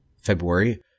February